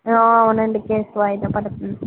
అవునండి కేసు వా యిదా పడుతుంది